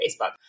Facebook